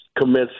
commits